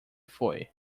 foi